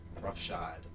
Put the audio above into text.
roughshod